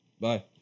Bye